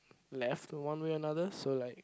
left in one way or another so like